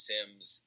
Sims